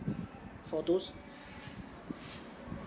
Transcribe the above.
for those